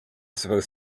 supposed